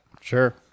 Sure